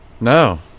No